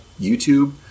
YouTube